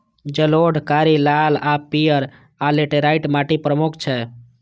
जलोढ़, कारी, लाल आ पीयर, आ लेटराइट माटि प्रमुख छै